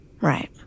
Right